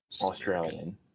Australian